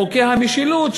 חוקי המשילות,